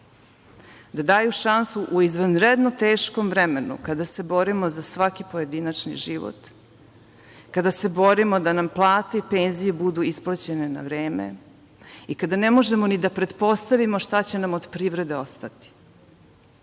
da daju šansu u izvanredno teškom vremenu kada se borimo sa svaki pojedinačni život, kada se borimo da nam plate i penzije budu isplaćene na vreme i kada ne možemo ni da pretpostavimo šta će nam od privrede ostati. Treba